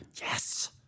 Yes